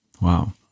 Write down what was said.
Wow